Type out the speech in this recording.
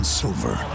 silver